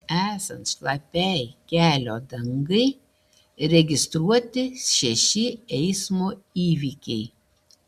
esant šlapiai kelio dangai registruoti šeši eismo įvykiai